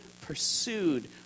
pursued